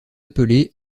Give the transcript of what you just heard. appelés